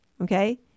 Okay